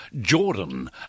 Jordan